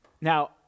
Now